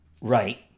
right